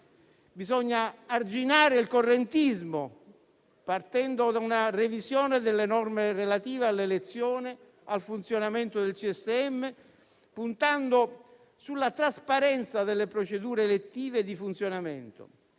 Bisogna arginare il correntismo, partendo da una revisione delle norme relative alla elezione e al funzionamento del CSM, puntando sulla trasparenza delle procedure elettive di funzionamento.